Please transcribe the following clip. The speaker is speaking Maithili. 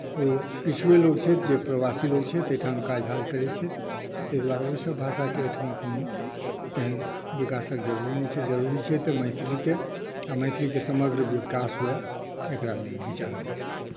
ओ किछुए लोक छथि जे प्रवासी लोक छथि एहिठाम काज धाज करैत छथि ताहि दुआरे ओहिसभ भाषाके एहिठाम कोनो तेहन विकासके जरूरी नहि छै जरूरी छै तऽ मैथिलीके आओर मैथिलीके समग्र विकास हुए एकरा लेल विचार करी